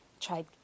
tried